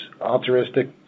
altruistic